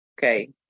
okay